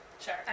sure